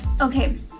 Okay